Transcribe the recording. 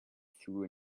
through